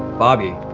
bobby.